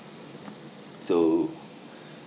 so